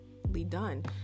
done